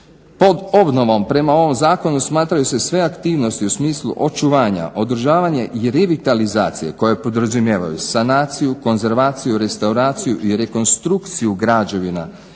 pod obnovom prema ovom zakonu smatraju se sve aktivnosti u smislu očuvanja, održavanje i revitalizacije koje podrazumijevaju sanaciju, konzervaciju, restauraciju i rekonstrukciju građevina